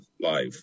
life